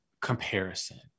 comparison